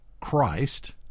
Christ